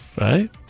Right